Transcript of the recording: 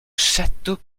château